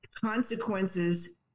consequences